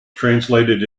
translated